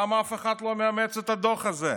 למה אף אחד לא מאמץ את הדוח הזה?